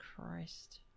Christ